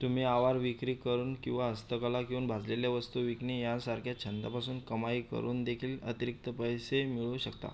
तुम्ही आवार विक्री करून किंवा हस्तकला घेऊन भाजलेल्या वस्तू विकणे यासारख्या छंदापासून कमाई करून देखील अतिरिक्त पैसे मिळवू शकता